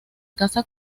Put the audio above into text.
casa